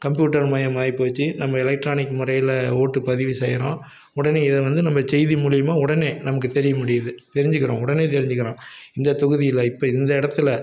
கம்ப்யூட்டர்மயமாயிப்போச்சு நம்ம எலக்ட்ரானிக் முறையில் ஓட்டு பதிவு செய்கிறோம் உடனே இதை வந்து நம்ம செய்தி மூலியுமாக உடனே நமக்கு தெரிய முடிய முடியுது தெரிஞ்சிக்கிறோம் உடனே தெரிஞ்சிக்கிறோம் இந்த தொகுதியில் இப்போ இந்த இடத்துல